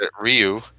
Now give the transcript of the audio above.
Ryu